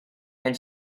and